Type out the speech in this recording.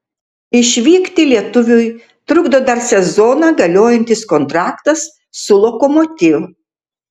išvykti lietuviui trukdo dar sezoną galiojantis kontraktas su lokomotiv